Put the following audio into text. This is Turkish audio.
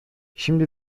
şimdi